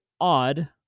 odd